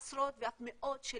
עשרות ואף מאות של